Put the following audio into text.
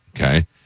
okay